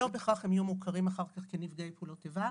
לא בהכרח הם יהיו מוכרים אחר כך כנפגעי פעולות איבה,